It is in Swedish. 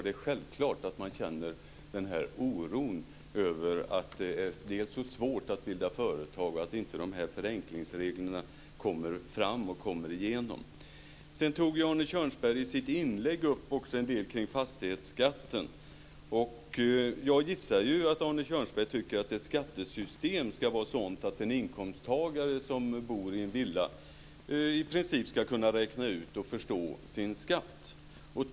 Det är självklart att man känner den här oron över att det är så svårt att bilda företag och att inte förenklingsreglerna genomförs. Arne Kjörnsberg tog i sitt inlägg också upp en del saker kring fastighetsskatten. Jag gissar att Arne Kjörnsberg tycker att ett skattesystem ska vara sådant att en inkomsttagare som bor i villa i princip ska kunna räkna ut och förstå sin skatt.